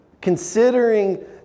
Considering